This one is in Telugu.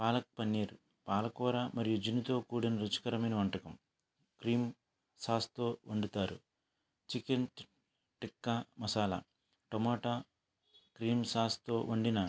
పాలక్ పన్నీర్ పాలకూర మరియు జున్నుతో కూడిన రుచికరమైన వంటకం క్రీమ్ సాస్తో వండుతారు chicken tikka masala tomato cream సాస్తో వండిన